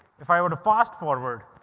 if i were to fast forward,